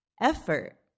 Effort